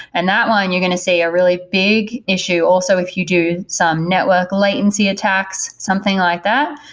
and that one you're going to see a really big issue. also, if you do some network latency attacks, something like that,